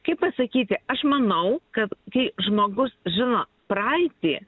kaip pasakyti aš manau kad kai žmogus žino praeitį